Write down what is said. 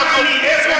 מה אני, איפה